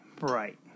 Right